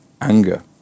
anger